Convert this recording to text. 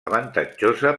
avantatjosa